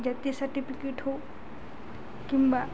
ଜାତି ସାର୍ଟିଫିକେଟ୍ ହଉ କିମ୍ବା